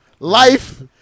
Life